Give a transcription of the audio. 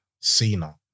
Cena